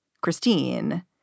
Christine